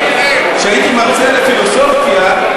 כשהייתי מרצה לפילוסופיה,